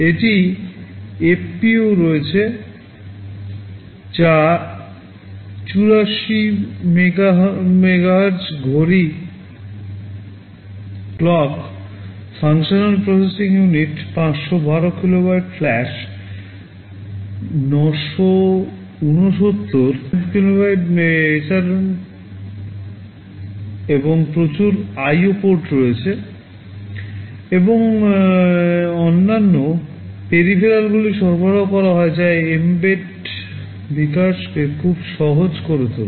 একটি FPU রয়েছে যা 84 মেগাহার্টজ ঘড়িকে খুব সহজ করে তোলে